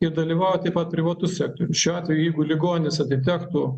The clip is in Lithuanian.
ir dalyvauja taip pat privatus sektorius šiuo atveju jeigu ligonis atitektų